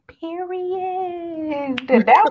period